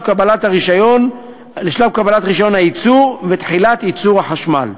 קבלת רישיון הייצור ותחילת ייצור החשמל.